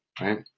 right